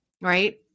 right